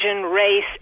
race